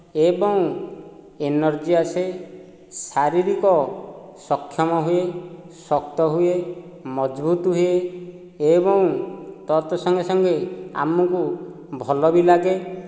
ଏଵଂ ଏନର୍ଜି ଆସେ ଶାରୀରିକ ସକ୍ଷମ ହୁଏ ଶକ୍ତ ହୁଏ ମଜବୁତ ହୁଏ ଏଵଂ ତତ୍ ସଙ୍ଗେସଙ୍ଗେ ଆମକୁ ଭଲ ବି ଲାଗେ